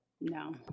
no